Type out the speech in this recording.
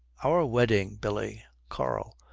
our wedding, billy karl.